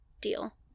deal